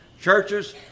churches